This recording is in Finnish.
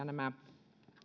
nämä